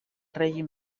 règim